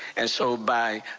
and so by